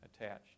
attached